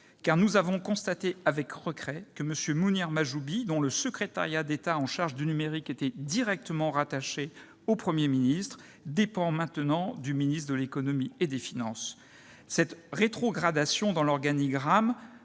car nous avons constaté avec regret que M. Mounir Mahjoubi, dont le secrétariat d'État chargé du numérique était auparavant directement rattaché au Premier ministre, dépend maintenant du ministre de l'économie et des finances. Cette rétrogradation dans l'organigramme